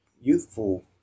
youthful